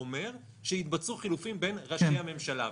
אומר שיתבצעו חילופים בין ראשי הממשלה,